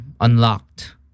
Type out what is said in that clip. unlocked